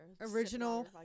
original